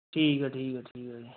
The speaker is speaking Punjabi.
ਠੀਕ ਆ ਠੀਕ ਆ ਠੀਕ ਆ ਜੀ